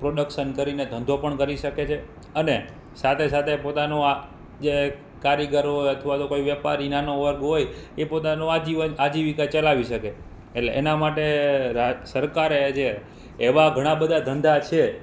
production કરીને ધંધો પણ કરી શકે છે અને સાથે સાથે પોતાનું આ જે કારીગરો અથવા તો કોઈ વેપારી નાનો વર્ગ હોય એ પોતાનું આજીવન આજીવિકા ચલાવી શકે એટલે એના માટે સરકારે જે એવા ઘણા બધા ધંધા છે